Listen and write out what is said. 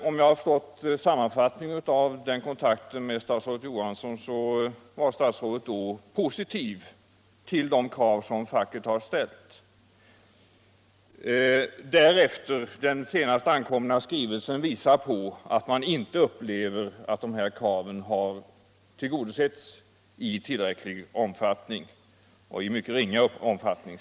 Om jag har förstått sammanfattningen av den kontakten med statsrådet Johansson, så var statsrådet då positiv till de krav som facket har ställt. Men den därefter senast ankomna skrivelsen visar att facket inte upplever att dessa krav har tillgodosetts i tillräcklig omfattning. De har tillgodosetts i mycket ringa omfattning.